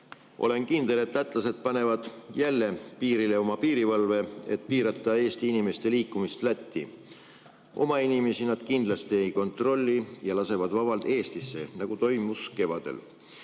Olen kindel, et lätlased panevad jälle piirile oma piirivalve, et piirata Eesti inimeste liikumist Lätti. Oma inimesi nad kindlasti ei kontrolli ja lasevad vabalt Eestisse, nagu toimus kevadel.